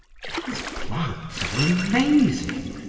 these plants are amazing,